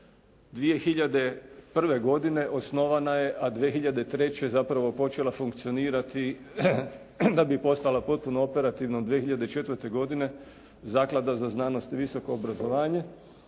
2001. godine osnovana je, a 2003. zapravo počela funkcionirati da bi postala potpuno operativnom 2004. godine Zaklada za znanost i visoko obrazovanje.